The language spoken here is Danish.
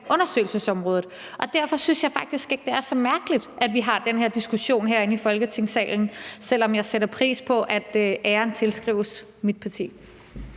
undersøgelsesområdet. Og derfor synes jeg faktisk ikke, det er så mærkeligt, at vi har den her diskussion herinde i Folketingssalen, selv om jeg sætter pris på, at æren tilskrives mit parti.